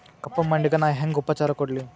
ಕಪ್ಪ ಮಣ್ಣಿಗ ನಾ ಹೆಂಗ್ ಉಪಚಾರ ಕೊಡ್ಲಿ?